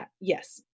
yes